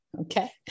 okay